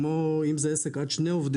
למשל,